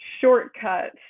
shortcut